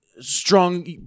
strong